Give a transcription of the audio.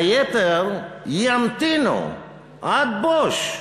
היתר ימתינו עד בוש,